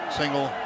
single